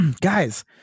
guys